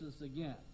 again